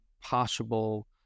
possible